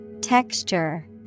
Texture